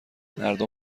مردم